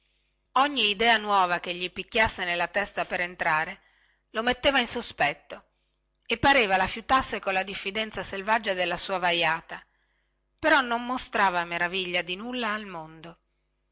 ogni idea nuova che gli picchiasse nella testa per entrare lo metteva in sospetto e pareva la fiutasse colla diffidenza selvaggia della sua vajata però non mostrava meraviglia di nulla al mondo